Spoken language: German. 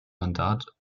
mandat